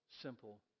simple